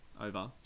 over